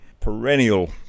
perennial